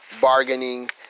bargaining